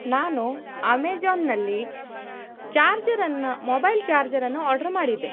ನಾನು ಅಮೇಜಾನ್ನಲ್ಲಿ ಚಾರ್ಜರನ್ನು ಮೊಬೈಲ್ ಚಾರ್ಜರನ್ನು ಆರ್ಡ್ರ್ ಮಾಡಿದ್ದೆ